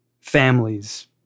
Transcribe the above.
families